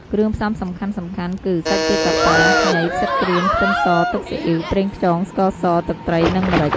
គ្រឿងផ្សំសំខាន់ៗគឺ សាច់ទាកាប៉ា, ខ្ញី, ផ្សិតក្រៀម, ខ្ទឹមស, ទឹកស៊ីអ៉ីវ, ប្រេងខ្យង, ស្ករស, ទឹកត្រី និងម្រេច។